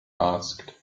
asked